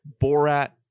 Borat